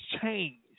changed